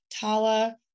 Tala